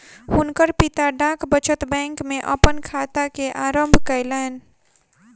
हुनकर पिता डाक बचत बैंक में अपन खाता के आरम्भ कयलैन